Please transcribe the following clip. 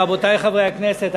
רבותי חברי הכנסת,